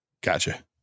Gotcha